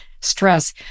stress